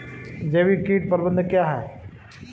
जैविक कीट प्रबंधन क्या है?